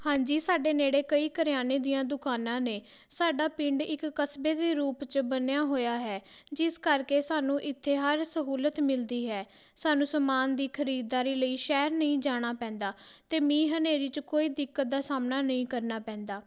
ਹਾਂਜੀ ਸਾਡੇ ਨੇੜੇ ਕਈ ਕਰਿਆਨੇ ਦੀਆਂ ਦੁਕਾਨਾਂ ਨੇ ਸਾਡਾ ਪਿੰਡ ਇੱਕ ਕਸਬੇ ਦੇ ਰੂਪ 'ਚ ਬਣਿਆ ਹੋਇਆ ਹੈ ਜਿਸ ਕਰਕੇ ਸਾਨੂੰ ਇੱਥੇ ਹਰ ਸਹੂਲਤ ਮਿਲਦੀ ਹੈ ਸਾਨੂੰ ਸਮਾਨ ਦੀ ਖਰੀਦਦਾਰੀ ਲਈ ਸ਼ਹਿਰ ਨਹੀਂ ਜਾਣਾ ਪੈਂਦਾ ਅਤੇ ਮੀਂਹ ਹਨੇਰੀ 'ਚ ਕੋਈ ਦਿੱਕਤ ਦਾ ਸਾਹਮਣਾ ਨਹੀਂ ਕਰਨਾ ਪੈਂਦਾ